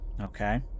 Okay